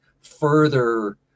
further